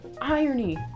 irony